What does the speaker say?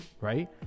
right